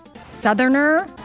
southerner